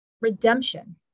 redemption